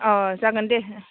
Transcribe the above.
औ जागोन दे